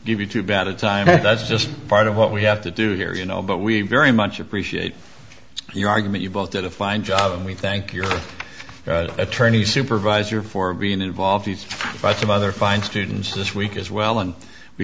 give you too bad a time that's just part of what we have to do here you know but we very much appreciate your argument you both did a fine job and we thank your attorney supervisor for being involved by some other fine students this week as well and we